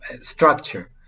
structure